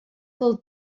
del